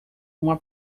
uma